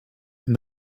and